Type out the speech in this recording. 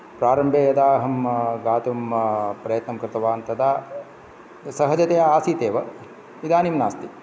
प्रारम्भे यदा अहं गातुं प्रयत्नं कृतवान् तदा सहजतया आसीत् एव इदानीं नास्ति